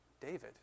David